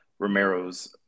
Romero's